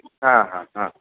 हा हा हा